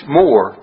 more